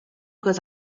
goes